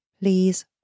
please